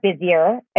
busier